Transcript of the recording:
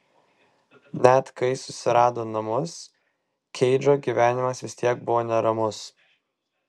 net kai susirado namus keidžo gyvenimas vis tiek buvo neramus